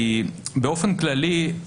באופן כללי,